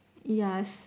ya